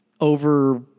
over